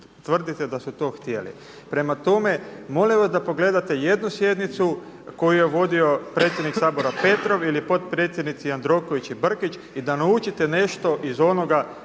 tvrdite da su to htjeli. Prema tome, molim vas da pogledate jednu sjednicu koju je vodio predsjednik Sabora Petrov ili potpredsjednici Jandroković i Brkić i da naučite nešto iz onoga